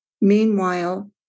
Meanwhile